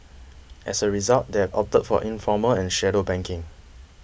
as a result they've opted for informal and shadow banking